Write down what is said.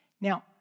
Now